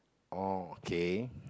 oh okay